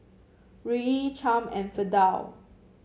Ruie Chaim and Fidel